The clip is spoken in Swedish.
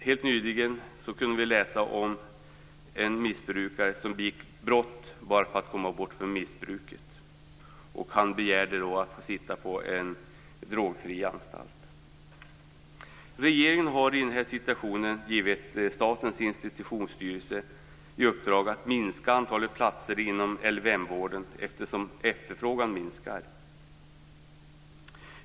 Helt nyligen kunde vi läsa om en missbrukare som begick brott för att komma bort från missbruket. Han begärde då att få sitta på en drogfri anstalt. Regeringen har i den här situationen givit Statens institutionsstyrelse i uppdrag att minska antalet platser inom LVM-vården, eftersom efterfrågan minskat.